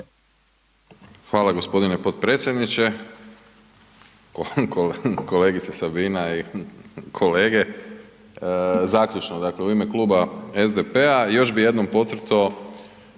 Hvala g. potpredsjedniče, kolegica Sabina i kolege, zaključno u ime Kluba SDP-a još bi jednom potcrto